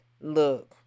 Look